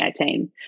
2018